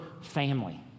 family